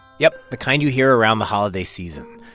yeah, the kind you hear around the holiday season.